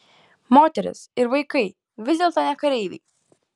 moterys ir vaikai vis dėlto ne kareiviai